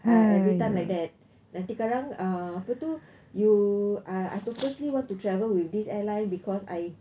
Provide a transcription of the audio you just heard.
ah every time like that nanti karang uh apa tu you I I purposely want to travel with this airline because I